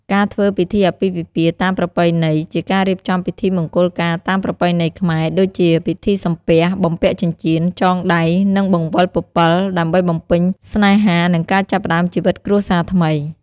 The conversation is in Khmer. ការធ្វើពិធីអាពាហ៍ពិពាហ៍តាមប្រពៃណីជាការរៀបចំពិធីមង្គលការតាមប្រពៃណីខ្មែរ ដូចជាពិធីសំពះ បំពាក់ចិញ្ចៀន ចងដៃ និងបង្វិលពពិល ដើម្បី បំពេញស្នេហា និងការចាប់ផ្តើមជីវិតគ្រួសារថ្មី។